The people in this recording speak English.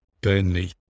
Burnley